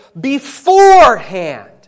beforehand